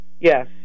Yes